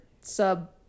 sub